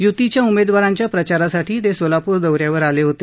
यूतीच्या उमेदवारांच्या प्रचारासाठी ते सोलापूर दौऱ्यावर आले होते